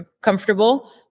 comfortable